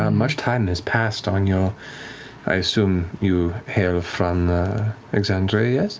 um much time has passed on your i assume you hail from exandria